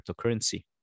cryptocurrency